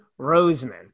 Roseman